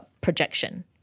projection